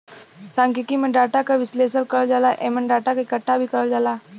सांख्यिकी में डाटा क विश्लेषण करल जाला एमन डाटा क इकठ्ठा भी करल जाला